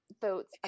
votes